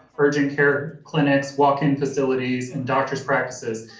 urgent care clinics, walk-in facilities, and doctors' practices,